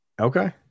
okay